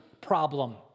problem